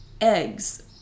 eggs